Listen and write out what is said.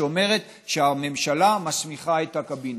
שאומרת שהממשלה מסמיכה את הקבינט.